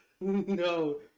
No